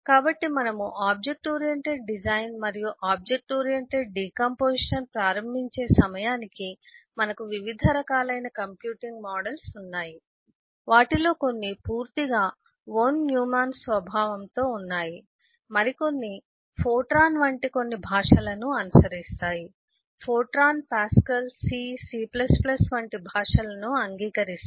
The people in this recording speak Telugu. కాబట్టి మనము ఆబ్జెక్ట్ ఓరియెంటెడ్ డిజైన్ మరియు ఆబ్జెక్ట్ ఓరియెంటెడ్ డికాంపొజిషన్ ప్రారంభించే సమయానికి మనకు వివిధ రకాలైన కంప్యూటింగ్ మోడల్స్ ఉన్నాయి వాటిలో కొన్ని పూర్తిగా వొన్యుమాన్ స్వభావంతో ఉన్నాయి మరికొన్ని ఫోర్ట్రాన్ వంటి కొన్ని భాషలను అనుసరిస్తాయి ఫోర్ట్రాన్ పాస్కల్ C C వంటి భాషలను అంగీకరిస్తాయి